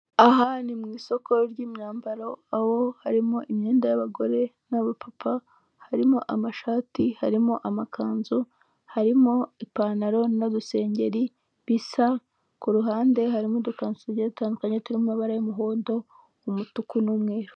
Aha ni mu isoko ry'imyambaro aho harimo imyenda y'abagore n'abapapa, harimo amashati harimo amakanzu, harimo ipantaro n'udusengeri, bisa ku ruhande harimo udukanzu tugiye dutandukanye turimo amabara y'umuhondo, umutuku, n'umweru.